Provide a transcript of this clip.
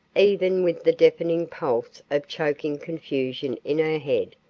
even with the deafening pulse of choking confusion in her head,